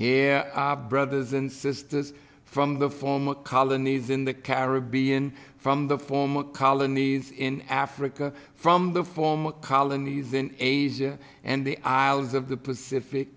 here brothers and sisters from the former colonies in the caribbean from the former colonies in africa from the former colonies in asia and the isles of the pacific